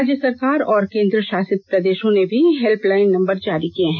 राज्य सरकार और केन्द्रसशासित प्रदेशों ने भी हेल्प लाइन नम्बर जारी किए हैं